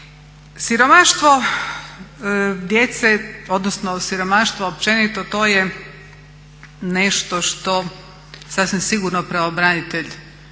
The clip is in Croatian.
Siromaštvo djece odnosno siromaštvo općenito to je nešto što sasvim sigurno pravobranitelj